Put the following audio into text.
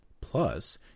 Plus